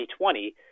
2020